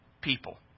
people